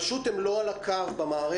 פשוט הם לא על הקו במערכת.